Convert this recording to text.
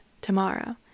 tomorrow